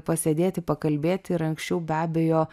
pasėdėti pakalbėti ir anksčiau be abejo